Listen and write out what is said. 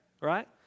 Right